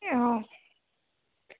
অঁ